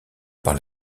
par